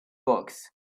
books